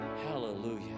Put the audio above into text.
Hallelujah